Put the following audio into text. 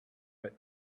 but